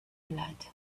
blood